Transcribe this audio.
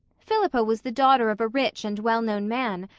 philippa was the daughter of a rich and well-known man,